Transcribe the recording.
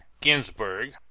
Ginsburg